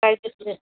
price list